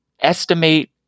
estimate